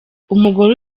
umugore